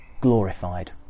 glorified